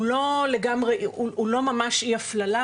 הוא לא ממש אי הפללה,